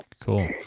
Cool